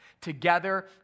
Together